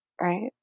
right